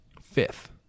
fifth